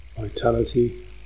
vitality